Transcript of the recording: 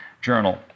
journal